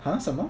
!huh! 什么